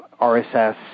RSS